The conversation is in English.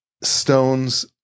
stones